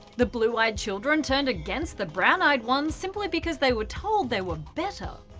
the blue eyed children turned against the brown eyed ones simply because they were told they were better.